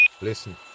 Listen